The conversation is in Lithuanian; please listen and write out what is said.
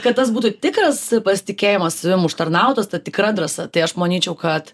kad tas būtų tikras pasitikėjimas užtarnautas ta tikra drąsa tai aš manyčiau kad